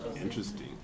Interesting